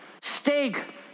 Steak